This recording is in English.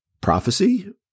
prophecy